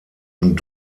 und